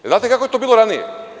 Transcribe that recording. Znate li kako je to bilo ranije?